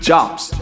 Jobs